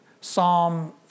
Psalm